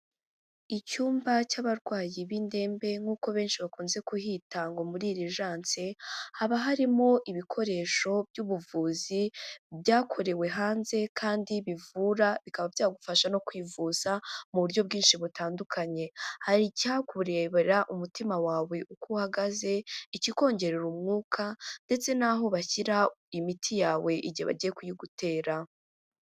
Icyumba cy'abarwayi b'indembe, nk'uko benshi bakunze kuhihita ngo muri Aligence, haba harimo ibikoresho by'ubuvuzi byakorewe hanze, kandi bivura bikaba byagufasha no kwivuza mu buryo bwinshi butandukanye, hari icyakurebera umutima wawe uko uhagaze, ikikongerera umwuka ndetse n'aho bashyira imiti yawe igihe bagiye kuyigutera.